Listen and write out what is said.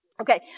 Okay